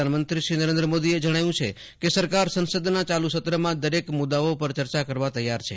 પ્રધાનમંત્રી નરેન્દ્ર મોદીએ જણાવ્યું છે કે સરકાર સંસદના ચાલુ સત્રમાં દરેક મુદ્દાઓ ઉપર ચર્ચા કરવા તૈયાર છે